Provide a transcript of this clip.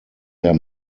herr